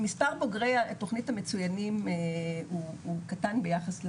מספר בוגרי תוכנית המצוינים הוא קטן ביחס,